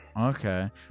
Okay